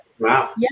Wow